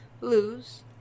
Lose